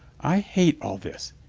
i hate all this.